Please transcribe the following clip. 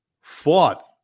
fought